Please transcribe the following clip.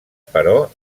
però